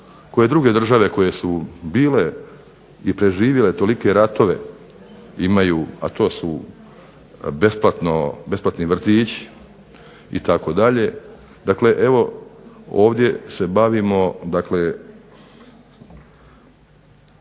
koje druge države koje su bile i preživjele tolike ratove imaju, a to su besplatni vrtići itd. Dakle, evo ovdje se bavimo o